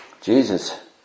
Jesus